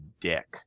dick